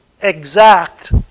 exact